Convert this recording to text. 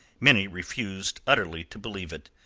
many refused utterly to believe it.